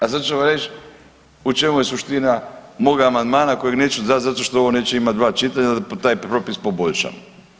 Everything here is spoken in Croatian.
A sad ću vam reći u čemu je suština mog amandmana koga neću dati zato što ovo neće imati dva čitanja da taj propis poboljšamo.